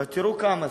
תראו כמה זה.